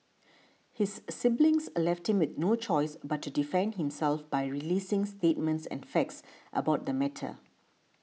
his siblings a left him with no choice but to defend himself by releasing statements and facts about the matter